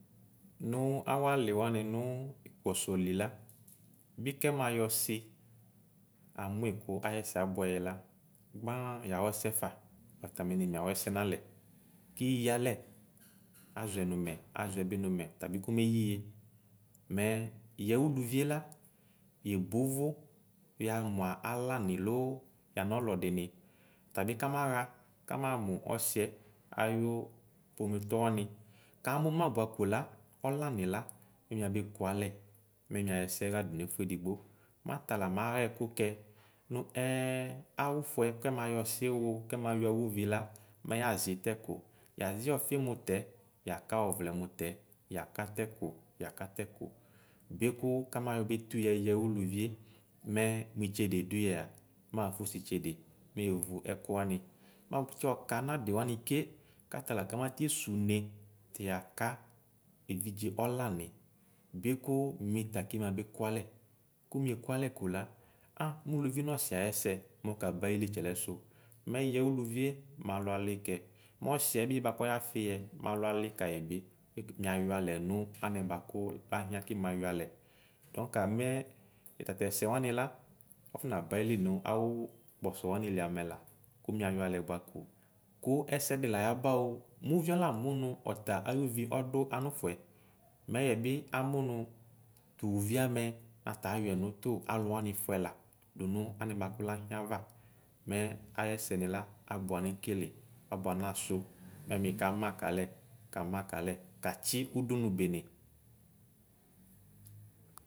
Nʋ awʋ ali wani nʋ kpɔsɔli la bi kɛmayɔ ɔsi amʋi kʋ ayɛsɛ abʋɛ yɛ la gban yahɔsɛ ƒa tamini miahɔsɛ nalɛ kuyi alɛ azɔɛ nʋ mɛ azɔɛbi nʋ mɛ tabi kɔmeyiye mɛ yɛ ʋlʋvie la yebo ʋvo yamʋ alani loo yanʋ ɔlɔdini tabi kamaxa kamamʋ ɔsiɛ ayʋ pomɛtɔ wani kamʋma bʋa kola ɔlani la miabekʋ alɛ mɛ miayɔ ɛsɛha dʋnʋ ɛfʋdigbo meita la naxa ɛtʋ kɛ nʋ sɛɛ awʋfʋɛ kɛmayɔ ɔsi wo kɛmayɔ awʋvi la mɛ yazi tɛkʋ yazi ɔfi mʋtɛɛ yaka ɔvlɛ mʋtɛɛ yaka tɛkʋ yaka tɛkʋ biko kamays beto yɛ oluvie mɛ mo itsede dʋyɛa maƒʋsʋ itsede mevo ɛko wani matsi ɔka anadi wani ke katala kamatsi suene tiaka evidze ɔlani bikʋ mita kimabe kʋalɛ kʋ miekʋ alɛ kola aa mʋ ʋluvi nɔsi ayɛsɛ mɔkaba ayili tsɛlɛ sʋ mɛ yɛ ʋlʋvie malɔ alikɛ mɛ yɛ ɔsiɛbi bakʋ ɔya ƒiyɛ malɔ alikayi bi miayɔ alɛ nʋ anɛ laxia ki mays alɛ dɔka mɛ tatɛsɛ wani la afɔ naba ayele nʋ awʋ kpɔsɔ wani li amɛ la kʋ miayɔ alɛ bʋakʋ ɛsɛdi layabao mʋ ʋvi ɔla amʋ nʋ ɔta ayɔvi ɔdʋ yanofʋɛ mɛ yɛbi amonʋ tʋ ʋvi amɛ tayɔ nʋ tu alʋ wani fuɛ la nʋ alɛ bʋakʋ laxia va mɛ ayɛsɛni la abʋɛ anekele abʋɛ anasʋ mɛ mikama kalɛ Kama kalɛ katsi ʋdʋnʋ bene.